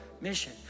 mission